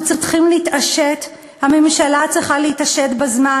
אנחנו צריכים להתעשת, הממשלה צריכה להתעשת בזמן.